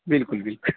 بالکل بالکل